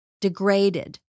degraded